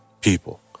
people